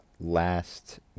last